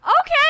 Okay